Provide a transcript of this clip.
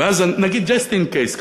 נגיד just in case,